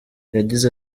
yagize